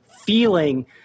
feeling